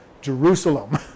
Jerusalem